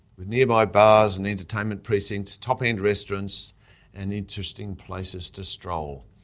with nearby bars and entertainment precincts, top-end restaurants and interesting places to stroll.